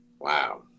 Wow